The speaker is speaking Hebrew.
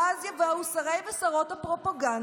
ואז יבואו שרי ושרות הפרופגנדה,